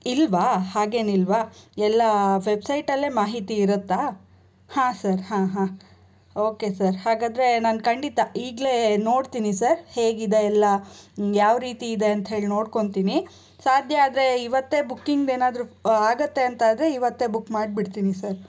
ಇಲ್ವಾ ಹಾಗೇನಿಲ್ವಾ ಎಲ್ಲ ವೆಬ್ಸೈಟಲ್ಲೇ ಮಾಹಿತಿ ಇರತ್ತಾ ಹಾಂ ಸರ್ ಹಾಂ ಹಾಂ ಓಕೆ ಸರ್ ಹಾಗಾದರೆ ನಾನು ಖಂಡಿತ ಈಗಲೇ ನೋಡ್ತೀನಿ ಸರ್ ಹೇಗಿದೆ ಎಲ್ಲ ಯಾವ ರೀತಿ ಇದೆ ಅಂತ ಹೇಳಿ ನೋಡ್ಕೊತೀನಿ ಸಾಧ್ಯ ಆದರೆ ಇವತ್ತೇ ಬುಕಿಂಗ್ ಏನಾದರೂ ಆಗತ್ತೆ ಅಂತಾದರೆ ಬುಕ್ ಮಾಡ್ಬಿಡ್ತೀನಿ ಸರ್